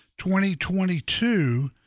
2022